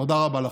תודה רבה לכם.